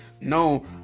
No